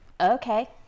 okay